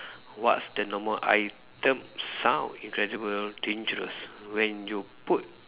what's the normal item sound incredible dangerous when you put